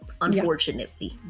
unfortunately